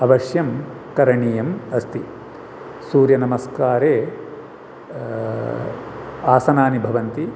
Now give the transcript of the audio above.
अवश्यं करणीयम् अस्ति सूर्यनमस्कारे आसनानि भवन्ति